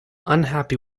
unhappy